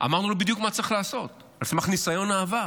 ואמרנו לו בדיוק מה צריך לעשות על סמך ניסיון העבר,